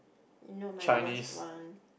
you know my worst one